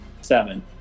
seven